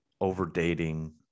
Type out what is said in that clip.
overdating